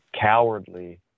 cowardly